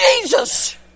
Jesus